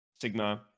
Sigma